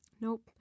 Nope